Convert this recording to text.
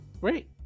Wait